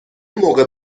موقع